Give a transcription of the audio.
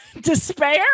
despair